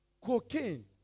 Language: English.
cocaine